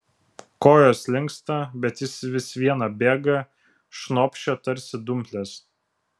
kojos linksta bet jis vis viena bėga šnopščia tarsi dumplės